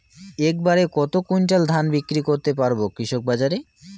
এক বাড়ে কত কুইন্টাল ধান বিক্রি করতে পারবো কৃষক বাজারে?